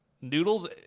Noodles